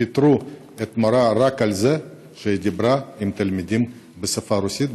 שפיטרו מורה על זה שהיא דיברה עם תלמידים בשפה הרוסית,